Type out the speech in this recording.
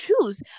choose